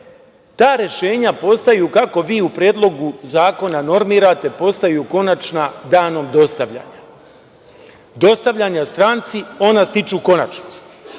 ta rešenja postaju, kako vi u Predlogu zakona normirate, konačna danom dostavljanja. Dostavljanjem stranci, ona stiču konačnost. Šta